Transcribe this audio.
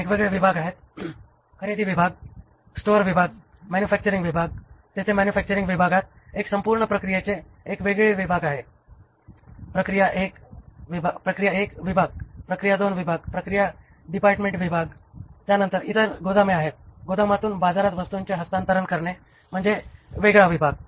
वेगवेगळे विभाग आहेत खरेदी विभाग आहे स्टोअर विभाग आहे मॅन्युफॅक्चरिंग विभाग आहे तेथे मॅन्युफॅक्चरिंग विभागात एक संपूर्ण प्रक्रियाचे एक वेगवेगळे विभाग आहेत प्रक्रिया १ विभाग प्रक्रिया २ विभाग प्रक्रिया विभाग त्यानंतर इतर गोदामे आहेत गोदामातून बाजारात वस्तूंचे हस्तांतरण करणे म्हणजे वेगळा विभाग